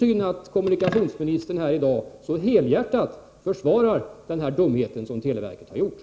Vad skall skolans information till elever, föräldrar och mottagande lärare om de enskilda eleverna innehålla?